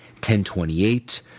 10:28